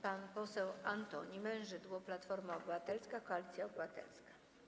Pan poseł Antoni Mężydło, Platforma Obywatelska - Koalicja Obywatelska.